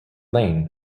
lane